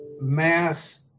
mass